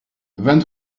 vingt